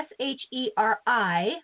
S-H-E-R-I